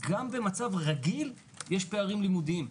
גם במצב רגיל יש פערים לימודיים,